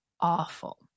awful